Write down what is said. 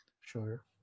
Sure